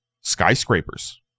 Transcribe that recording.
skyscrapers